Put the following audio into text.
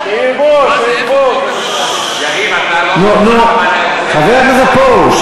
יריב, אתה לא, חבר הכנסת פרוש.